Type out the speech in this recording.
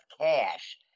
cash